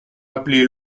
appelé